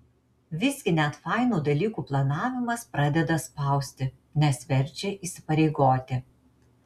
visgi net fainų dalykų planavimas pradeda spausti nes verčia įsipareigoti